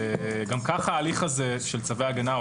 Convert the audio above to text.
גם ככה ההליך הזה של צווי הגנה הוא